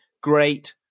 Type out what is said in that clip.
great